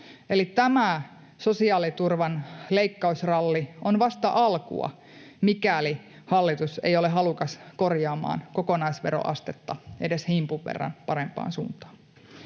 Eli tämä sosiaaliturvan leikkausralli on vasta alkua, mikäli hallitus ei ole halukas korjaamaan kokonaisveroastetta edes himpun verran parempaan suuntaan.